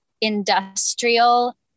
industrial